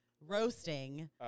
roasting